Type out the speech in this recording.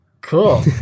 Cool